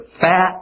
fat